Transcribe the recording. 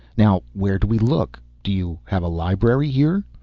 now where do we look? do you have a library here?